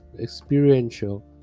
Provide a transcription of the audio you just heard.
experiential